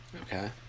okay